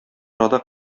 арада